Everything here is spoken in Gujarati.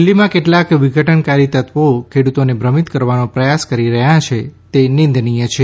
દિલ્હીમાં કેટલા વિઘટનકારી તત્વો ખેડૂતોને ભ્રમિત કરવાનો પ્રયાસ કરી રહ્યાં છે તે નિંદનીય છે